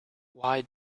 why